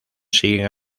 siguen